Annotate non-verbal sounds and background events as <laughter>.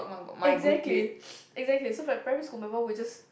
exactly <noise> exactly so for like primary school my mum would just